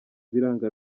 biranga